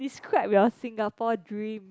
describe your Singapore dream